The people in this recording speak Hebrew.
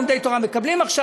לומדי תורה מקבלים עכשיו,